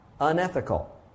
unethical